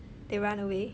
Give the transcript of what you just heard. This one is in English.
they run away